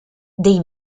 dei